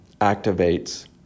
activates